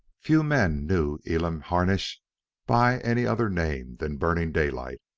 few men knew elam harnish by any other name than burning daylight,